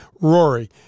Rory